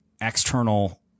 external